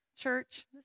church